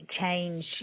change